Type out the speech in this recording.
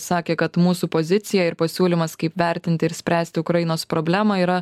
sakė kad mūsų pozicija ir pasiūlymas kaip vertinti ir spręsti ukrainos problemą yra